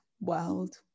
world